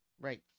right